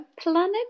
planet